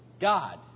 God